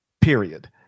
period